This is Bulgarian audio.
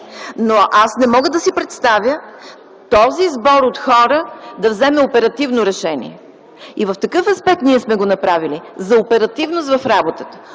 Но, не мога да си представя, този сбор от хора да вземе оперативно решение. В такъв аспект ние сме го направили: за оперативност в работата.